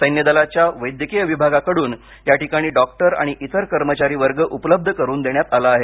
सैन्यदलाच्या वैद्यकीय विभागाकडून याठिकाणी डॉक्टर आणि इतर कर्मचारी वर्ग उपलब्ध करून देण्यात आला आहे